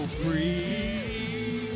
free